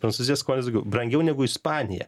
prancūzijos skolinasi daugiau brangiau negu ispanija